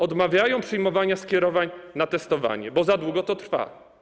Odmawiają przyjmowania skierowań na testowanie, bo za długo to trwa.